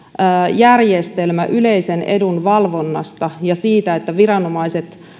järjestelmä yleisen edun valvonnasta ja siitä että viranomaiset